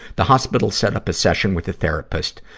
the hospital set up a session with a therapist,